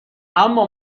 اما